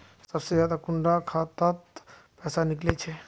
सबसे ज्यादा कुंडा खाता त पैसा निकले छे?